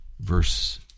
Verse